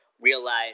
realize